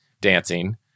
dancing